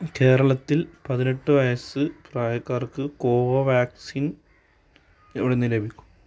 കേരളത്തിൽ പതിനെട്ട് വയസ്സ് പ്രായക്കാർക്ക് കോവോ വാക്സിൻ എവിടുന്ന് ലഭിക്കും